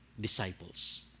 disciples